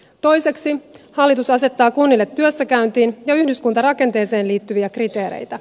toiseksi hallitus asettaa kunnille työssäkäyntiin ja yhdyskuntarakenteeseen liittyviä kriteereitä